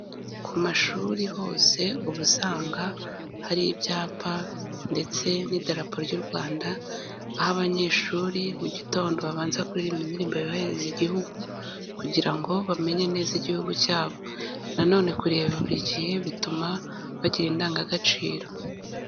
Ku mashuri hose ubu usanga hari ibyapa ndetse n'Idarapo ry'u Rwanda aho abanyeshuri mu gitondo babanza kuririmba indirimbo yubahiriza Igihugu kugira ngo bamenye neza Igihugu cyabo, nanone kurireba buri gihe bituma bagira indangagaciro.